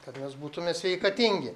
kad mes būtume sveikatingi